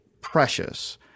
precious